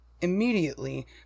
immediately